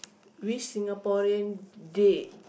which Singaporean dead